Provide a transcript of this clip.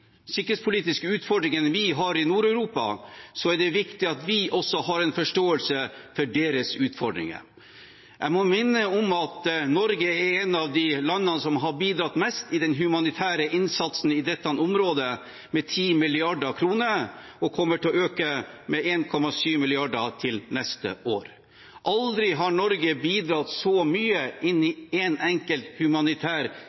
sikkerhetspolitiske utfordringene vi har i Nord-Europa, er det viktig at vi også har en forståelse for deres utfordringer. Jeg må minne om at Norge er et av de landene som har bidratt mest i den humanitære innsatsen i dette området, med 10 mrd. kr, og kommer til å øke med 1,7 mrd. kr til neste år. Aldri har Norge bidratt så mye inn